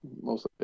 Mostly